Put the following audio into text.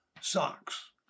socks